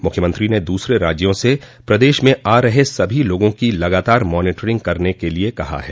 मुख्यमंत्री ने दूसरे राज्यों से प्रदेश में आ रहे सभी लोगों की लगातार मानिटरिंग करने के लिए कहा है